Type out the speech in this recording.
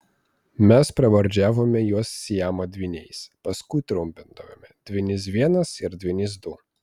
mes pravardžiavome juos siamo dvyniais paskui trumpindavome dvynys vienas ir dvynys du